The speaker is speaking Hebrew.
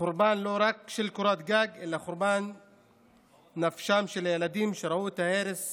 חורבן לא רק של קורת גג אלא חורבן נפשם של הילדים שראו את ההרס